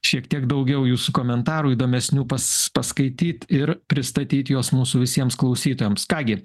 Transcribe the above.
šiek tiek daugiau jūsų komentarų įdomesnių pas paskaityt ir pristatyt juos mūsų visiems klausytojams ką gi